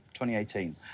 2018